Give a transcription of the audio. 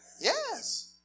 Yes